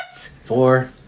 Four